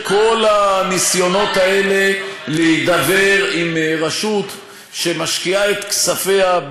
מכל הניסיונות האלה להידבר עם רשות שמשקיעה את כספיה,